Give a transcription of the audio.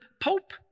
pope